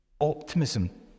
optimism